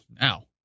now